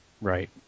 Right